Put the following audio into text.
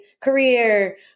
career